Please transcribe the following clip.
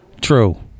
True